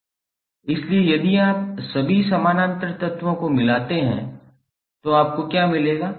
इसलिए यदि आप सभी समानांतर तत्वों को मिलाते हैं तो आपको क्या मिलेगा